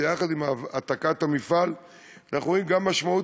ויחד עם העתקת המפעל אנחנו רואים גם משמעות